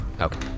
Okay